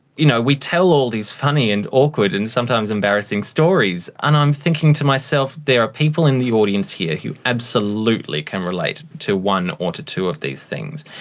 you know, we tell all these funny and awkward and sometimes embarrassing stories, and i'm thinking to myself there are people in the audience here who absolutely can relate to one or two of these things.